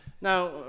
now